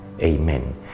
Amen